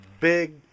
big